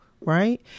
right